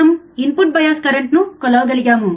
మనం input bias కరెంట్ను కొలవగలిగాము